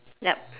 yup